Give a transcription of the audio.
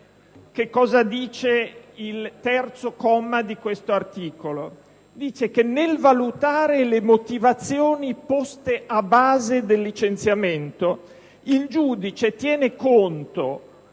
attuale. Il terzo comma di questo articolo prevede che nel valutare le motivazioni poste a base del licenziamento, il giudice tiene conto,